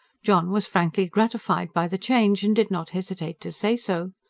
john was frankly gratified by the change, and did not hesitate to say so.